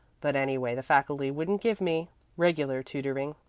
but anyway the faculty wouldn't give me regular tutoring.